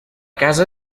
casa